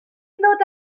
ddod